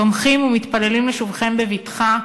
תומכים ומתפללים לשובכם בבטחה,